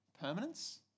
Permanence